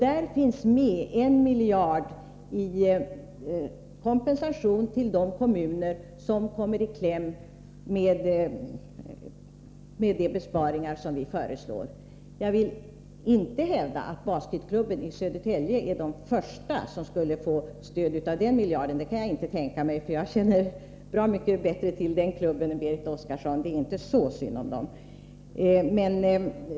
Där finns det med 1 miljard kronor som kompensation till de kommuner som kommer i kläm till följd av de besparingar som vi föreslår. Jag vill inte hävda att basketklubben i Södertälje först skulle få stöd. Det kan jag inte tänka mig. Jag känner till den klubben bra mycket bättre än Berit Oscarsson. Det är inte så synd om klubben.